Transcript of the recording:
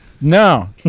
No